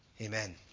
Amen